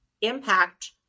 impact